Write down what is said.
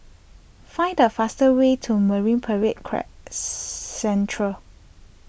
find the fastest way to Marine Parade Central